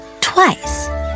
twice